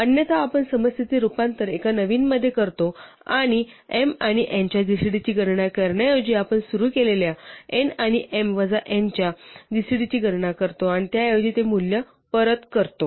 अन्यथा आपण समस्येचे रूपांतर एका नवीन मध्ये करतो आणि m आणि n च्या जीसीडी ची गणना करण्याऐवजी आपण सुरू केलेल्या n आणि m वजा n च्या जीसीडी ची गणना करतो आणि त्याऐवजी ते मूल्य परत करतो